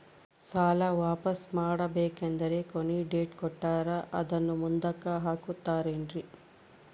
ಸಾಲ ವಾಪಾಸ್ಸು ಮಾಡಬೇಕಂದರೆ ಕೊನಿ ಡೇಟ್ ಕೊಟ್ಟಾರ ಅದನ್ನು ಮುಂದುಕ್ಕ ಹಾಕುತ್ತಾರೇನ್ರಿ?